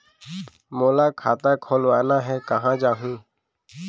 मोला खाता खोलवाना हे, कहाँ जाहूँ?